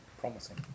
Promising